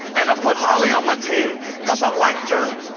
and i put holly on my team, because i liked her,